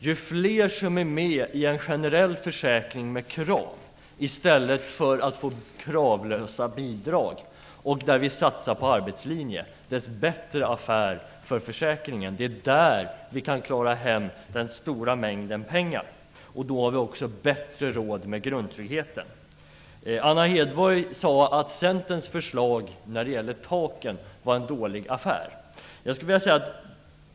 Ju fler som är med i en generell försäkring med krav i stället för att kravlöst få bidrag och där vi satsar på arbetslinjen, desto bättre affär för försäkringen. Det är där som vi kan klara hem den stora mängden pengar. Då har vi också bättre råd med grundtryggheten. Anna Hedborg sade att Centerns förslag när det gällde taken var en dålig affär.